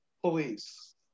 police